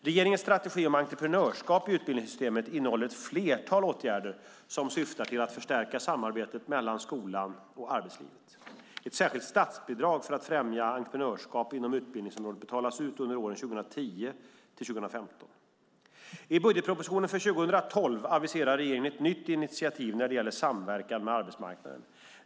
Regeringens strategi om entreprenörskap i utbildningssystemet innehåller ett flertal åtgärder som syftar till att förstärka samarbetet mellan skolan och arbetslivet. Ett särskilt statsbidrag för att främja entreprenörskap inom utbildningsområdet betalas ut under åren 2010-2015. I budgetpropositionen för 2012 aviserar regeringen ett nytt initiativ när det gäller samverkan med arbetsmarknaden.